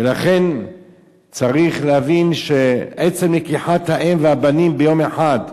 ולכן צריך להבין שעצם לקיחת האם והבנים ביום אחד,